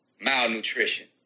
malnutrition